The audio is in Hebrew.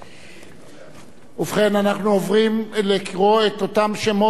אנחנו עוברים לקרוא את שמות מי שלא השיבו.